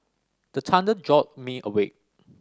the thunder jolt me awake